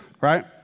right